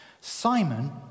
Simon